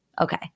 Okay